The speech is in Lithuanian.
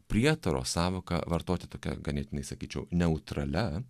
prietaro sąvoką vartoti tokia ganėtinai sakyčiau neutralia